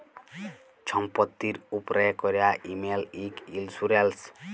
ছম্পত্তির উপ্রে ক্যরা ইমল ইক ইল্সুরেল্স